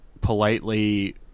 politely